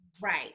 Right